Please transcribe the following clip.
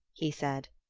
he said.